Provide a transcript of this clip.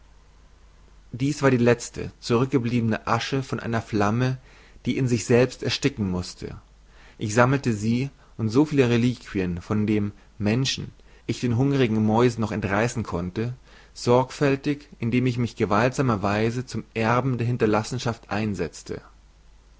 dies war die lezte zurükgebliebene asche von einer flamme die in sich selbst ersticken mußte ich sammelte sie und so viele reliquien von dem menschen ich den hungrigen mäusen noch entreissen konnte sorgfältig indem ich mich gewaltsamerweise zum erben der hinterlassenschaft einsezte